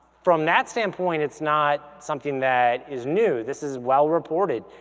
from that standpoint, it's not something that is new. this is well reported.